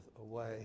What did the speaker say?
away